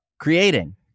creating